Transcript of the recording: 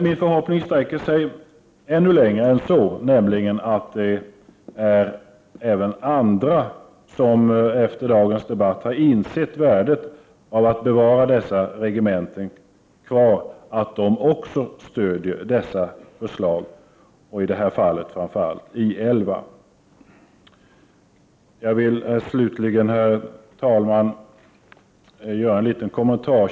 Min förhoppning sträcker sig dock ännu längre, nämligen till att även andra som efter dagens debatt har insett värdet av att bevara dessa regementen, också stöder dessa förslag och i det här fallet framför allt I 11. Slutligen, herr talman, vill jag göra en liten kommentar.